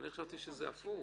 אני חשבתי שזה הפוך.